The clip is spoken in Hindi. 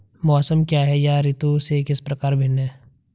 मौसम क्या है यह ऋतु से किस प्रकार भिन्न है?